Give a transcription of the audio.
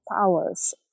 powers